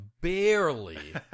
barely